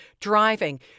driving